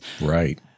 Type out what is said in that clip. Right